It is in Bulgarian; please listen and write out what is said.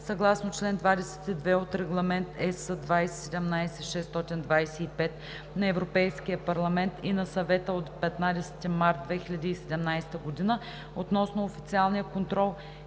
съгласно чл. 22 от Регламент (ЕС) 2017/625 на Европейския парламент и на Съвета от 15 март 2017 г. относно официалния контрол